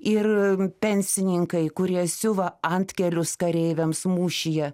ir pensininkai kurie siuva antkelius kareiviams mūšyje